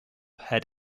had